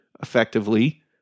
effectively